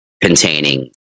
Containing